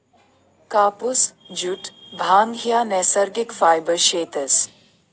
कापुस, जुट, भांग ह्या नैसर्गिक फायबर शेतस